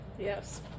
Yes